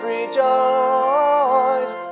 Rejoice